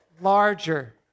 larger